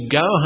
go